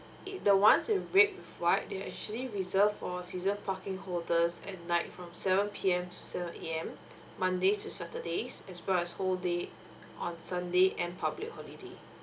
it the one in red with white they actually reserved for season parking holders and like from seven P_M to seven A_M mondays to saturday as well as whole day on sunday and public holiday